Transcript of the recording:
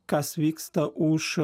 kas vyksta už